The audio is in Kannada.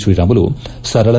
ತ್ರೀರಾಮುಲು ಸರಳ